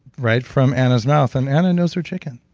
right from anna's mouth, and anna knows her chicken.